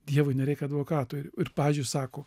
dievui nereikia advokato ir pavyzdžiui sako